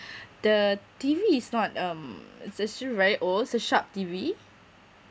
the T_V is not um it's actually very old it's a sharp T_V